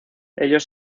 ellos